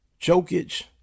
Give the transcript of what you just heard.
jokic